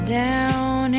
down